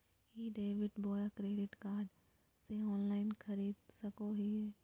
ई debit बोया credit card से online खरीद सको हिए?